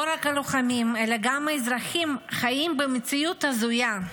לא רק הלוחמים חיים במציאות הזויה,